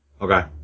Okay